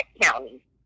county